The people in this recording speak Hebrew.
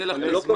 יהיה לך את הזמן.